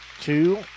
two